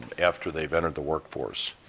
after they've entered the workforce?